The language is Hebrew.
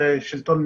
הייתה עבודה משותפת.